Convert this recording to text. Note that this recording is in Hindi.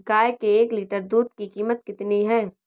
गाय के एक लीटर दूध की कीमत कितनी है?